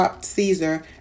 Caesar